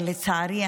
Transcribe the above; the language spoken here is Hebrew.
לצערי,